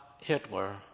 Hitler